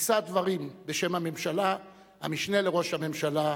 יישא דברים בשם הממשלה המשנה לראש הממשלה,